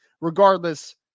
regardless